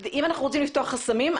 אם אנחנו רוצים לפתוח חסמים,